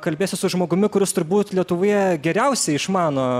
kalbėsiu su žmogumi kuris turbūt lietuvoje geriausiai išmano